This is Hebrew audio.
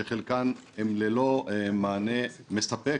שחלקן הן ללא מענה מספק,